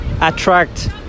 attract